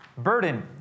Burden